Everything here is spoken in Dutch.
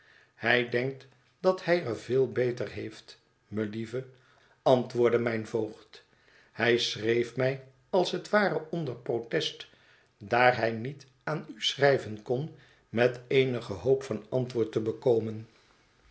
hij denkt dat hij er veel beter heeft melieve antwoordde mijn voogd hij schreef mij als het ware onder protest daar hij niet aan u schrijven kon met eenige hoop van antwoord te bekomen